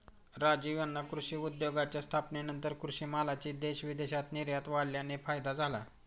राजीव यांना कृषी उद्योगाच्या स्थापनेनंतर कृषी मालाची देश विदेशात निर्यात वाढल्याने फायदा झाला